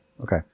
Okay